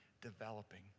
developing